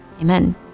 Amen